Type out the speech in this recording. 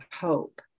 hope